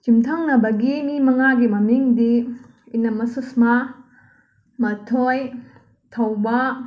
ꯌꯨꯝꯊꯪꯅꯕꯒꯤ ꯃꯤ ꯃꯉꯥꯒꯤ ꯃꯃꯤꯡꯗꯤ ꯏꯅꯃ ꯁꯨꯁꯃꯥ ꯃꯊꯣꯏ ꯊꯧꯕꯥ